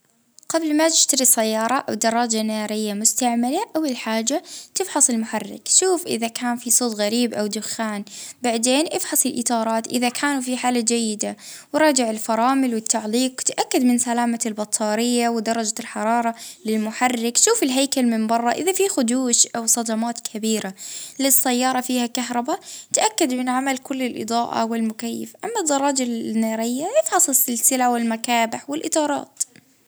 ا شوفو الهيكل تفقد إذا كان فيه خدوش ولا صدمات وبعدين الموتور أسمع الصوت متاعه شوف كيف يخدم، العجلات والفيرونات تأكد أنهم حالتهم كويسة، الوثائق شوف الورج السيارة اذا كان فش حا في شى مشكلة، وتجربة السواجة خذها في دورة بش تحسن يعني كيف طريقتها.